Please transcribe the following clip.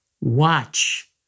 Watch